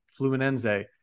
fluminense